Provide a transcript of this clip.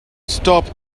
stop